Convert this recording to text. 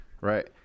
Right